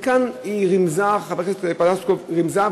וכאן חברת הכנסת פלוסקוב רימזה,